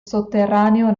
sotterraneo